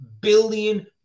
billion